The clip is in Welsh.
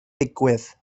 digwydd